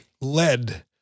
led